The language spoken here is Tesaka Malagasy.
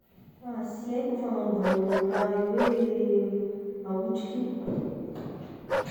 Ah sy aiko i fagnanovagny raha io hoe ahotrika io.